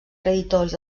creditors